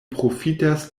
profitas